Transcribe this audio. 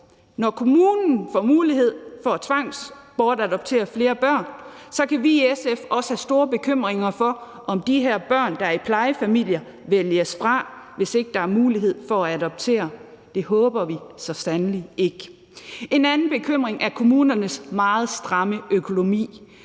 Når kommunen får mulighed for at tvangsbortadoptere flere børn, kan vi i SF være meget bekymret for, at de børn, der er i plejefamilie, vælges fra, hvis ikke der er mulighed for at adoptere. Det håber vi så sandelig ikke sker. Kl. 13:01 En anden bekymring, vi har, er kommunernes meget stramme økonomi.